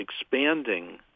expanding